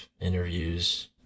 interviews